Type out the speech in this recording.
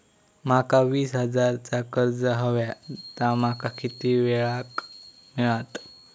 माका वीस हजार चा कर्ज हव्या ता माका किती वेळा क मिळात?